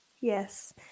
Yes